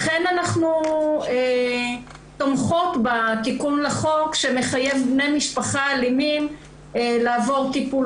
לכן אנחנו תומכות בתיקון לחוק שמחייב בני משפחה אלימים לעבור טיפול.